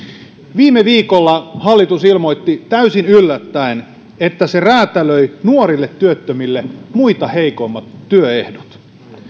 viime viikolla hallitus ilmoitti täysin yllättäen että se räätälöi nuorille työttömille muita heikommat työehdot